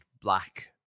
black